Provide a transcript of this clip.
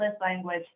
language